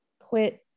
quit